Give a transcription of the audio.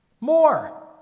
more